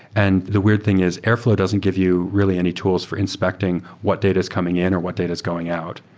and the weird thing is airfl ow doesn't give you really any tools for inspecting what data is coming in or what data is going out.